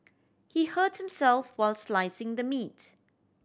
he hurt himself while slicing the meat